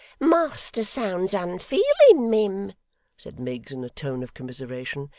master sounds unfeeling, mim said miggs, in a tone of commiseration,